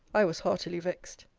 i was heartily vexed.